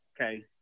Okay